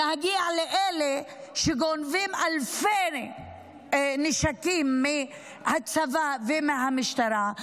להגיע לאלה שגונבים אלפי נשקים מהצבא ומהמשטרה.